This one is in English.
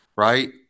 Right